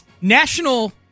National